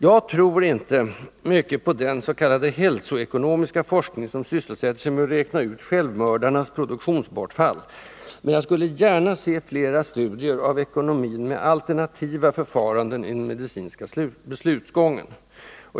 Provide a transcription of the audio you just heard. Jag tror inte mycket på den s.k. hälsoekonomiska forskning som sysselsätter sig med att räkna ut självmördarnas produktionsbortfall, men jag skulle gärna se flera studier av ekonomin med alternativa förfaranden i den medicinska beslutsgången.